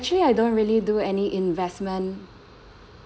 actually I don't really do any investment